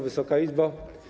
Wysoka Izbo!